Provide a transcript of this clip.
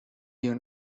you